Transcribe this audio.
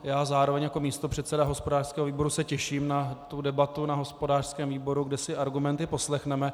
Já zároveň i jako místopředseda hospodářského výboru se těším na tu debatu na hospodářském výboru, kde si argumenty poslechneme.